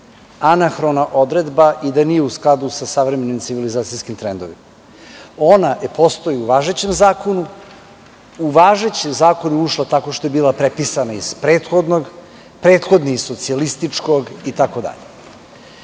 anahrona odredba i da nije u skladu sa savremenim civilizacijskim trendovima. Ona postoji u važećem zakonu. U važeći zakon je ušla tako što je bila prepisana iz prethodnog, prethodni iz socijalističkog,